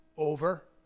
Over